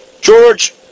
George